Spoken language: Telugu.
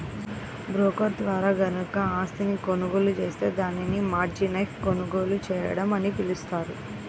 బ్రోకర్ ద్వారా గనక ఆస్తిని కొనుగోలు జేత్తే దాన్ని మార్జిన్పై కొనుగోలు చేయడం అని పిలుస్తారు